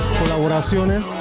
colaboraciones